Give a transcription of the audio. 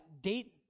date